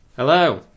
Hello